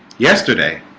yesterday